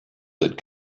that